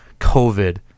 covid